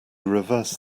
reversed